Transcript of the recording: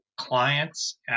clients